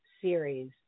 series